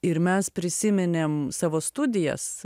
ir mes prisiminėm savo studijas